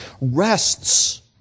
rests